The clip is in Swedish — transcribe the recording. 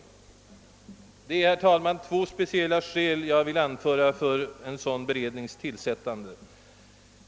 Det är, herr talman, två speciella skäl jag vill anföra för en sådan berednings tillsättande.